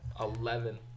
Eleven